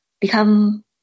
become